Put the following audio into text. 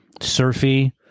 surfy